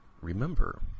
Remember